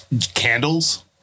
candles